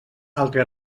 altre